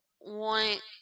want